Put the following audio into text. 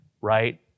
right